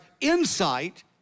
insight